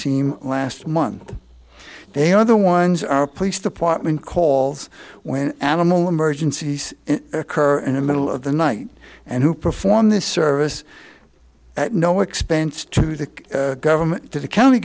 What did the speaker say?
team last month they are the ones our police department calls when animal emergencies occur in the middle of the night and who perform this service at no expense to the government to the county